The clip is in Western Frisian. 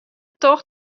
tocht